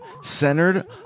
centered